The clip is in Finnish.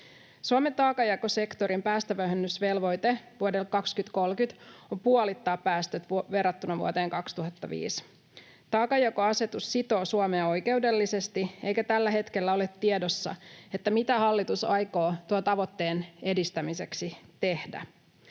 Suomen taakanjakosektorin päästövähennysvelvoite vuodelle 2030 on puolittaa päästöt verrattuna vuoteen 2005. Taakanjakoasetus sitoo Suomea oikeudellisesti, eikä tällä hetkellä ole tiedossa, mitä hallitus aikoo tuon tavoitteen edistämiseksi tehdä.